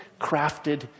crafted